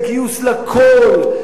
לגיוס לכול,